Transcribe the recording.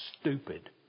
stupid